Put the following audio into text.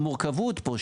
המורכבות פה,